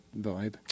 vibe